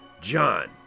John